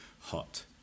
hot